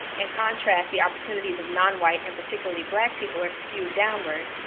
in contrast, the opportunities of non-white, and particularly black people, are skewed downward.